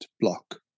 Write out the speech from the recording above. block